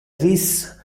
ris